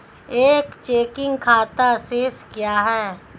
एक चेकिंग खाता शेष क्या है?